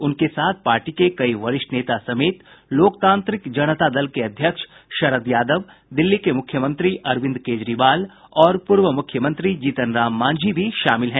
उनके साथ पार्टी के कई वरिष्ठ नेता समेत लोकतांत्रिक जनता दल के अध्यक्ष शरद यादव दिल्ली के मुख्यमंत्री अरविंद केजरीवाल और पूर्व मुख्यमंत्री जीतनराम मांझी भी शामिल हैं